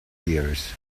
years